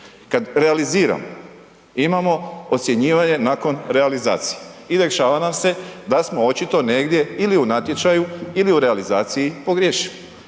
Kad realiziram, imamo ocjenjivanje nakon realizacije i dešava nam se da smo očito negdje ili u natječaju ili u realizaciji pogriješili.